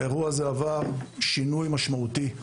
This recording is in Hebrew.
האירוע הזה עבר שינוי משמעותי,